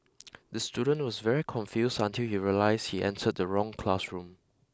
the student was very confused until he realised he entered the wrong classroom